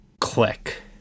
click